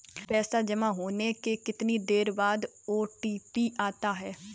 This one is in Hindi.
पैसा जमा होने के कितनी देर बाद ओ.टी.पी आता है?